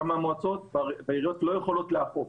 ושם המועצות והעיריות לא יכולות לאכוף.